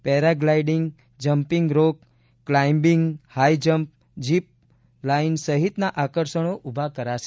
para gliding jumping rock climbing high jump zip line સહિતના આકર્ષણો ઊભા કરશે